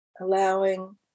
Allowing